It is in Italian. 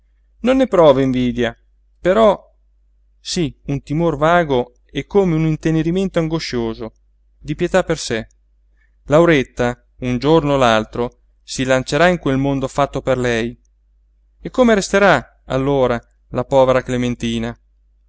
non ne prova invidia però sí un timor vago e come un intenerimento angoscioso di pietà per sé lauretta un giorno o l'altro si lancerà in quel mondo fatto per lei e come resterà allora la povera clementina